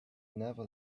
never